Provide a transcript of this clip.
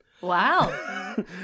Wow